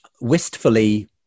wistfully